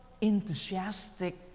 enthusiastic